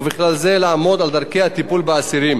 ובכלל זה לעמוד על דרכי הטיפול באסירים